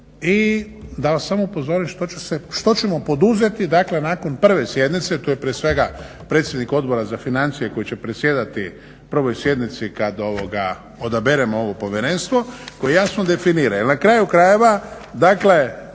i da vas samo upozorim što ćemo poduzeti dakle, nakon prve sjednice, to je prije svega predsjednik Odbora za financije koji će predsjedati prvoj sjednici kad ovoga odaberemo ovo Povjerenstvo koje jasno definira. Jer na kraju krajeva, dakle